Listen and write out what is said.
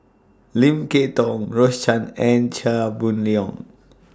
Lim Kay Tong Rose Chan and Chia Boon Leong